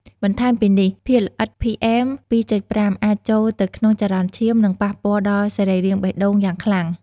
បន្ថែមពីនេះ ភាគល្អិត PM ២.៥ អាចចូលទៅក្នុងចរន្តឈាម និងប៉ះពាល់ដល់សរីរាង្គបេះដូងយ៉ាងខ្លាំង។